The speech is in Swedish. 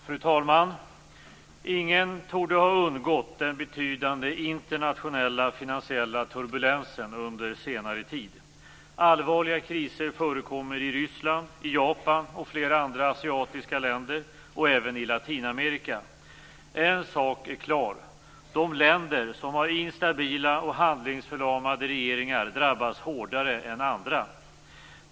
Fru talman! Ingen torde ha undgått den betydande internationella finansiella turbulensen under senare tid. Allvarliga kriser förekommer i Ryssland, i Japan och flera andra asiatiska länder och även i Latinamerika. En sak är klar: De länder som har instabila och handlingsförlamade regeringar drabbas hårdare än andra.